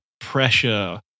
pressure